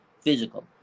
physical